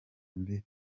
mbiri